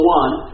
one